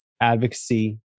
advocacy